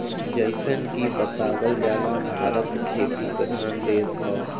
जइसन की बतावल जाला भारत खेती प्रधान देश हौ